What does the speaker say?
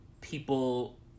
people